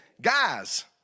guys